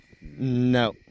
No